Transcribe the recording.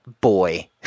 boy